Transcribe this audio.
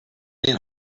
been